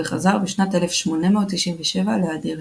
וחזר בשנת 1897 לאדירנה.